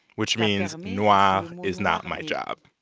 which means noire ah is not my job,